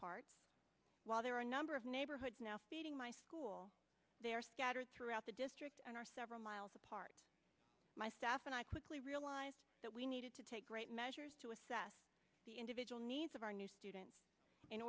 part while there are a number of neighborhoods now feeding my school they're scattered throughout the district and are several miles apart my staff and i quickly realized that we needed to take great measures to assess the individual needs of our new students in